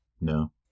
No